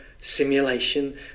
simulation